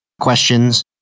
questions